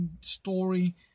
story